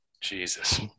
Jesus